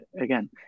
again